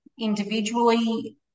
individually